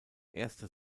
erste